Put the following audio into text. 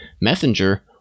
Messenger